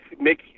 make